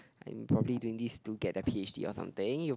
and probably doing this to get a p_h_d or something you